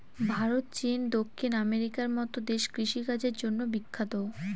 ভারত, চীন, দক্ষিণ আমেরিকার মতো দেশ কৃষিকাজের জন্য বিখ্যাত